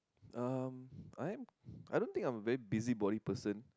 um I am I don't think I am a very busybody person